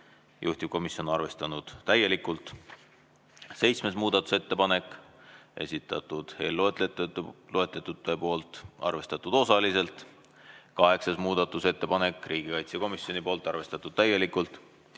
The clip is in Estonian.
juhtivkomisjon on arvestanud täielikult. Seitsmes muudatusettepanek, esitanud eelloetletud, arvestatud osaliselt. Kaheksas muudatusettepanek, riigikaitsekomisjonilt, arvestatud täielikult.